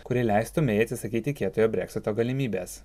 kuri leistų mei atsisakyti kietojo breksito galimybės